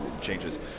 changes